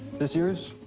this yours?